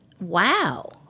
Wow